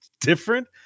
different